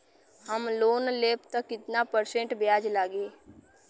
हम लोन लेब त कितना परसेंट ब्याज लागी?